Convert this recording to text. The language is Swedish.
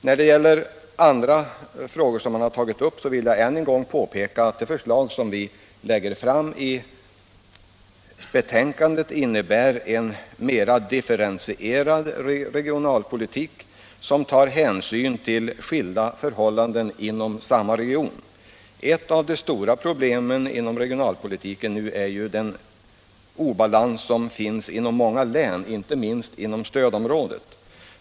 När det gäller andra frågor som herr Fagerlund tog upp vill jag än en gång påpeka att de förslag som vi framlägger i betänkandet innebär en mer differentierad regionalpolitik, som tar hänsyn till skilda förhållanden inom en och samma region. Ett av de stora problemen inom regionalpolitiken nu är ju den obalans som finns i många län, inte minst inom stödområdet.